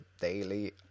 daily